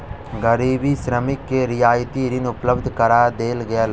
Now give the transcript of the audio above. गरीब श्रमिक के रियायती ऋण उपलब्ध करा देल गेल